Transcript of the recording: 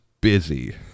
busy